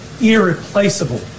irreplaceable